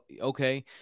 okay